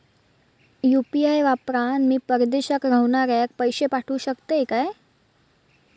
UPI वापरान मी परदेशाक रव्हनाऱ्याक पैशे पाठवु शकतय काय?